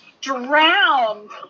drowned